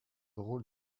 rôle